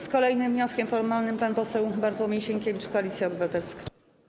Z kolejnym wnioskiem formalnym pan poseł Bartłomiej Sienkiewicz, Koalicja Obywatelska.